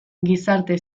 gizarte